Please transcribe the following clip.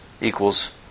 equals